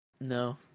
No